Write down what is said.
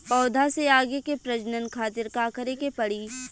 पौधा से आगे के प्रजनन खातिर का करे के पड़ी?